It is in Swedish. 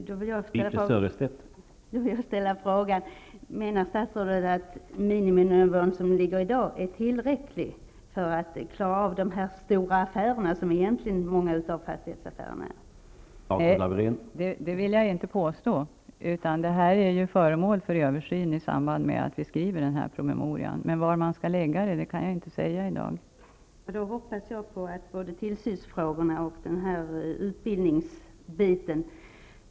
Herr talman! Då vill jag ställa frågan: Menar statsrådet att dagens miniminivå är tillräcklig när det gäller de stora transaktioner som många av fastighetsaffärerna innefattar?